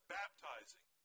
baptizing